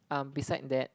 um beside that